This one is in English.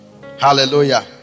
hallelujah